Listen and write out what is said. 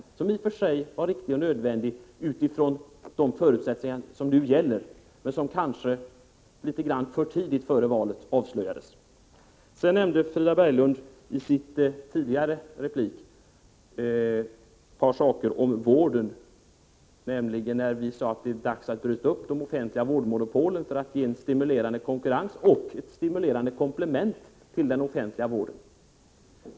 Detta var i och för sig nödvändigt och riktigt, med de förutsättningar som nu gäller — men som kanske avslöjades litet grand för tidigt före valet. Frida Berglund nämnde i sin tidigare replik ett par saker om vården. Vi har sagt att det är dags att bryta upp de offentliga vårdmonopolen för att skapa en stimulerande konkurrens och ett stimulerande komplement till den offentliga vården.